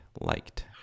liked